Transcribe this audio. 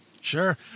Sure